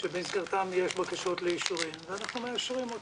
שבמסגרתם יש בקשות לאישורים, ואנחנו מאשרים אותם,